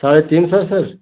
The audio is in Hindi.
साढ़े तीन सौ सर